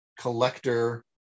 collector